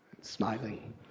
smiling